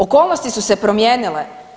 Okolnosti su se promijenile.